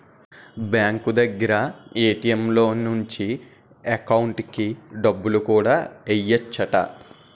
bank దగ్గర ATM లో నుంచి ఎకౌంటుకి డబ్బులు కూడా ఎయ్యెచ్చట